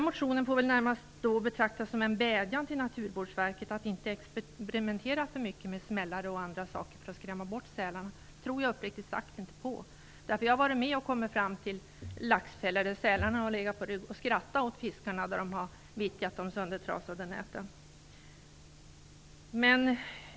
Motionen får väl närmast betraktas som en vädjan till Naturvårdsverket att inte experimentera för mycket med smällare och annat för att skrämma bort sälarna. Den metoden tror jag uppriktigt sagt inte på. Jag har nämligen varit med om att komma fram till laxfällor, där sälarna har legat på rygg och skrattat och fiskarna när de har vittjat de söndertrasade näten.